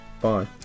Bye